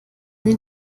den